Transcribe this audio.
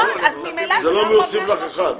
זה לא מוסיף לך אחד.